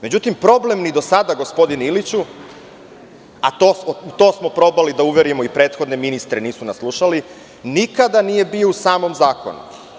Međutim, problem ni do sada, gospodine Iliću, a u to smo probali da uverimo i prethodne ministre, nisu nas slušali, nikada nije bio u samom zakonu.